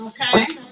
Okay